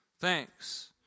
Thanks